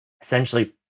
essentially